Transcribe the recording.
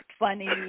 funny